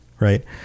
right